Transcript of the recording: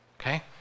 Okay